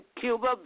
Cuba